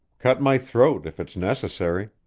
cut my throat, if it's necessary.